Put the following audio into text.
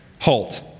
Halt